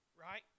right